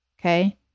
Okay